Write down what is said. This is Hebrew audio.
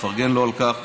לפרגן לו על כך,